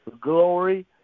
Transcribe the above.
glory